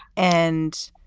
and